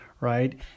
right